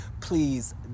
Please